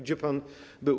Gdzie pan był?